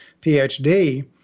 PhD